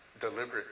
deliberate